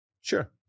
Sure